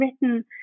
written